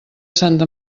santa